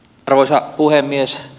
arvoisa puhemies